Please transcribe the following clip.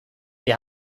wir